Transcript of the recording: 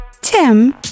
Tim